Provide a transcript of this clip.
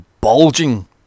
bulging